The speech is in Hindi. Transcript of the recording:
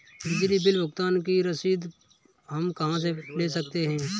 बिजली बिल भुगतान की रसीद हम कहां से ले सकते हैं?